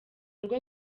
rwo